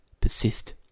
persist